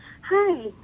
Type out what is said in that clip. Hi